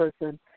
person